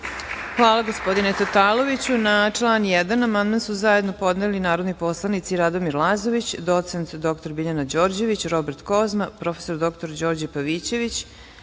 Hvala gospodine Tataloviću. Na član 1. amandman su zajedno podneli narodni poslanici Radomir Lazović, docent dr. Biljana Đorđević, Robert Kozma, prof.dr. Đorđe Pavićević,